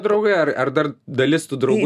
draugai ar ar dar dalis tų draugų